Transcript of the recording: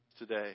today